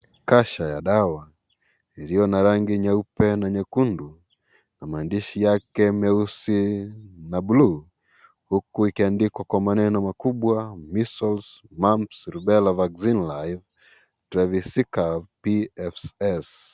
Kasha ya dawa iliyo na rangi nyeupe na nyekundu na maandishi yake meusi na blu huku ikiandikwa kwa maneno makubwa , measles , mumps , rubella vaccine live trevisica pfs .